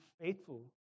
faithful